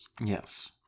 yes